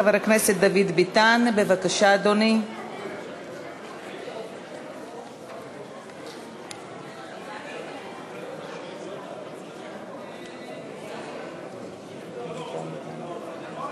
52. הצעת חוק פדיון הטבת חניה לעובד לשם צמצום שימוש ברכב פרטי,